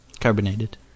Carbonated